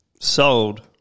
sold